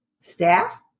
Staff